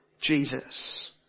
Jesus